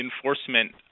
enforcement